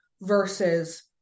versus